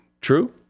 True